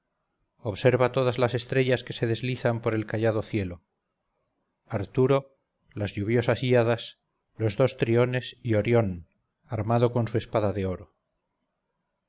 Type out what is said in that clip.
observa todas las estrellas que se deslizan por el callado cielo arturo las lluviosas híadas los dos triones y orión armado con su espada de oro